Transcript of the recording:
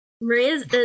Maria's